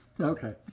Okay